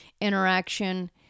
interaction